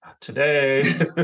today